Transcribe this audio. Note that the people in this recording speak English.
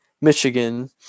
Michigan